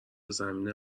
زمین